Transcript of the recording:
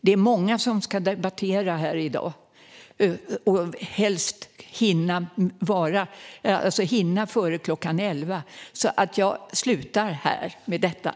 Det är många som vill debattera här i dag och helst hinna bli färdiga före kl. 11. Jag slutar därför här.